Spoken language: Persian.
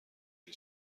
بری